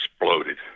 exploded